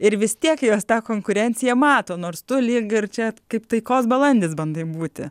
ir vis tiek jos tą konkurenciją mato nors tu lyg ir čia kaip taikos balandis bandai būti